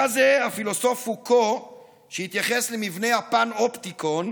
היה זה הפילוסוף פוקו שהתייחס למבנה הפנאופטיקון,